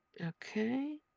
Okay